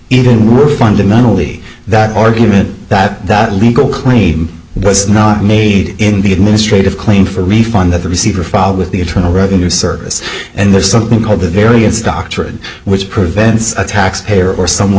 even were fundamentally that argument that that legal claim was not made in the administrative claim for a refund that the receiver fall with the internal revenue service and there's something called the variance doctrine which prevents a taxpayer or someone